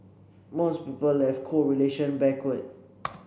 most people have correlation backward